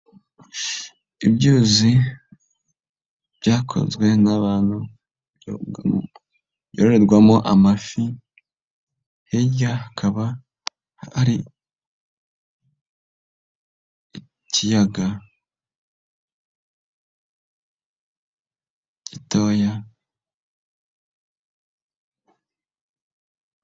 Ibyuzi byakozwe n'abantu byororerwamo amafi hirya hakaba ari ikiyaga gitoya.